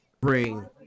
bring